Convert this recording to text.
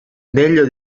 meglio